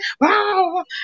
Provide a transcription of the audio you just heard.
wow